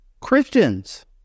Christians